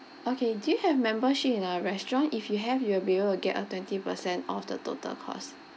okay do you have membership in our restaurant if you have your bill will get up twenty percent of the total cost